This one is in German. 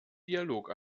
dialog